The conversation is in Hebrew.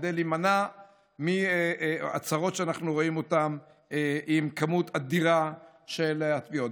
כדי להימנע מהצרות שאנחנו רואים עם המספר האדיר של הטביעות.